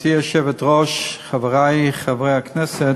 גברתי היושבת-ראש, חברי חברי הכנסת,